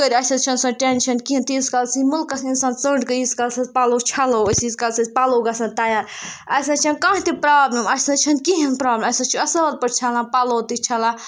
کٔرِتھ اَسہِ حظ چھ نہٕ سۄ ٹٮ۪نشَن کینٛہہ تیٖتِس کالَس یی مُلکَس اِنسان ژٔنٛڈ کٔڑِتھ ییٖتِس کالَس حظ پَلو چھَلو أسۍ ییٖتِس کالَس أسۍ پَلو گژھن تیار اَسہِ حظ چھَنہٕ کانٛہہ تہِ پرٛابلِم اَسہِ نہ حظ چھَنہٕ کِہیٖنۍ پرٛابلِم اَسہِ حظ چھِ اَصٕل پٲٹھۍ چھَلان پَلو تہِ چھَلان